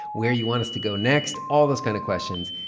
where you want us to go next, all those kinds of questions.